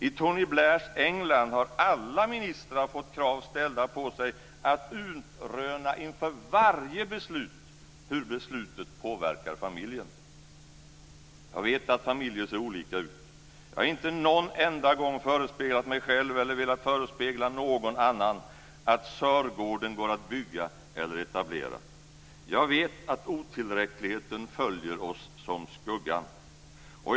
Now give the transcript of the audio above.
I Tony Blairs England har alla ministrar fått krav ställda på sig att inför varje beslut utröna hur beslutet påverkar familjen. Jag vet att familjer ser olika ut. Jag har inte någon enda gång förespeglat mig själv eller velat förespegla någon annan att Sörgården går att bygga eller etablera. Jag vet att otillräckligheten följer oss som skuggan.